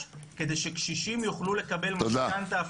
כדי שקשישים יוכלו לקבל משכנתא הפוכה.